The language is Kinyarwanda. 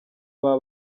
baba